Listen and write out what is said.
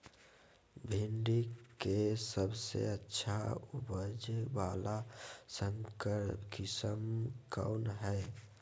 भिंडी के सबसे अच्छा उपज वाला संकर किस्म कौन है?